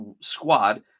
squad